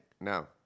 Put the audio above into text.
No